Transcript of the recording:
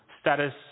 status